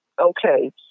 okay